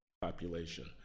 population